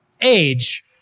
age